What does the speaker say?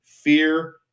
Fear